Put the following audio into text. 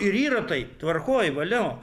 ir yra tai tvarkoj valio